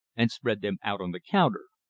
and spread them out on the counter.